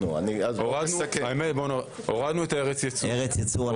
הורדנו את ארץ ייצור,